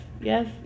yes